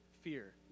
fear